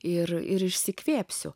ir išsikvėpsiu